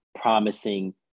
Promising